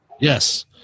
Yes